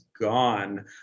gone